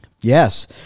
Yes